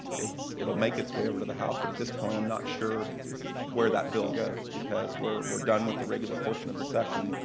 it will make its way over to the house but at this point i'm not sure where that bill goes because we're we're done with the regular portion of the session.